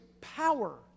power